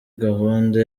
gahunda